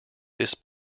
this